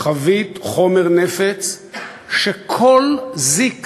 חבית חומר נפץ שכל זיק